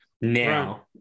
now